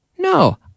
No